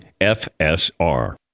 FSR